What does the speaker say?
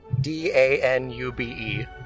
D-A-N-U-B-E